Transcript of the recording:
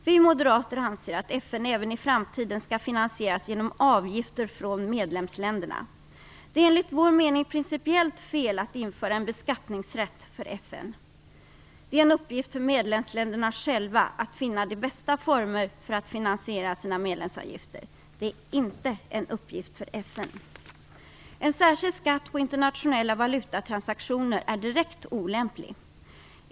Vi moderater anser att FN även i framtiden skall finansieras genom avgifter från medlemsländerna. Det är enligt vår mening principiellt fel att införa en beskattningsrätt för FN. Det är en uppgift för medlemsländerna själva att finna de bästa formerna för att finansiera sina medlemsavgifter. Det är inte en uppgift för FN. En särskild skatt på internationella valutatransaktioner är direkt olämplig.